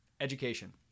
education